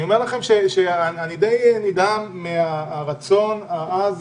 אני אומר לכם שאני די נדהם מהרצון העז